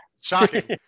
Shocking